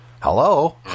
Hello